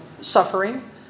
suffering